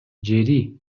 жери